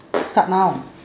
start now